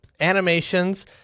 Animations